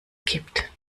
kippt